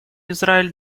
израиль